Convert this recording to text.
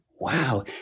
Wow